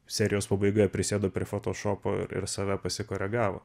serijos pabaigoje prisėdo prie fotošopo ir save pasikoregavo